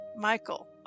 Michael